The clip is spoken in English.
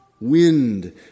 wind